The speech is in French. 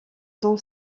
sont